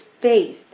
faith